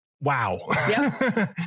Wow